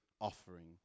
offering